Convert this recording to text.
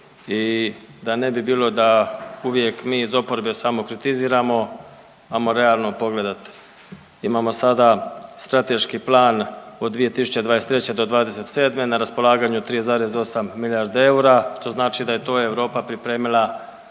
i da ne bi bilo da uvijek mi iz oporbe samo kritiziramo ajmo realno pogledat. Imamo sada strateški plan od 2023.-'27. na raspolaganju 3,8 milijardi eura što znači da je to Europa pripremila